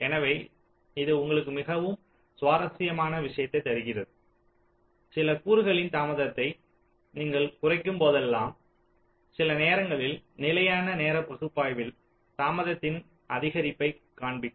எனவே இது உங்களுக்கு மிகவும் சுவாரஸ்யமான விஷயத்தை தருகிறது சில கூறுகளின் தாமதத்தை நீங்கள் குறைக்கும்போதெல்லாம் சில நேரங்களில் நிலையான நேர பகுப்பாய்வில் தாமதத்தின் அதிகரிப்பைக் காண்பிக்கும்